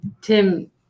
Tim